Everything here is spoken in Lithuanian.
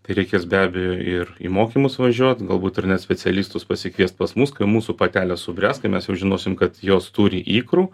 tai reikės be abejo ir į mokymus važiuot galbūt ir net specialistus pasikviest pas mus kai mūsų patelės subręs kai mes jau žinosim kad jos turi ikrų